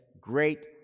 great